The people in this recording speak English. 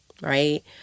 Right